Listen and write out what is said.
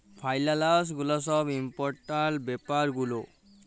ফাইলালস গুলা ছব ইম্পর্টেলট ব্যাপার গুলা পড়ে